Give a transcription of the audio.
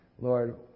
Lord